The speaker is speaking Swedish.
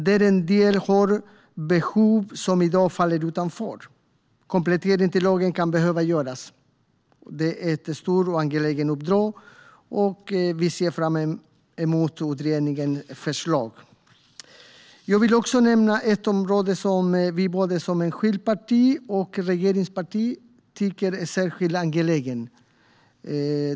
Där har en del behov som i dag faller utanför, och kompletteringar till lagen kan behöva göras. Det är ett stort och angeläget uppdrag, och vi ser fram emot utredningens förslag. Jag vill också nämna ett område som vi både som enskilt parti och regeringsparti tycker är särskilt angeläget.